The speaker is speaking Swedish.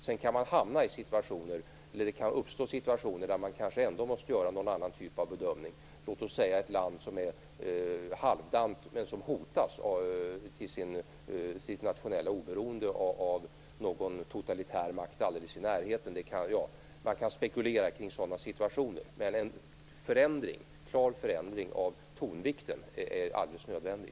Sedan kan det uppstå situationer där man kanske ändå måste göra någon annan typ av bedömning. Det kan vara ett land som är halvdant men som hotas till sitt nationella oberoende av någon totalitär makt i närheten. Man kan spekulera kring sådana situationer. Men en klar förändring av tonvikten är helt nödvändig.